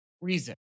reason